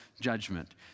judgment